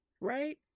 right